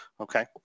Okay